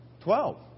Twelve